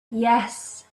yes